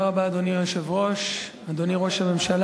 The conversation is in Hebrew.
אדוני היושב-ראש, תודה רבה, אדוני ראש הממשלה,